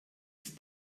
ist